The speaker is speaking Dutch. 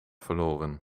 verloren